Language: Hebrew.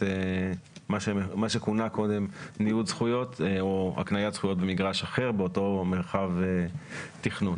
מה שכונה קודם ניוד זכויות או הקניית זכויות במגרש אחר באותו מרחב תכנון.